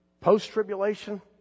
post-tribulation